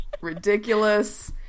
ridiculous